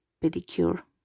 pedicure